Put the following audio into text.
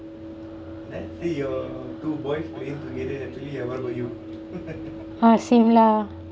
ah same lah